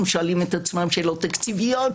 הם שואלים את עצמם שאלות תקציביות,